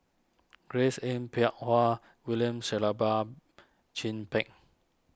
Grace Yin Peck Ha William Shellabear Chin Peng